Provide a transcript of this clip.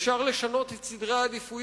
אפשר לשנות את סדר העדיפויות,